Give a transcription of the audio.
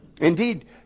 Indeed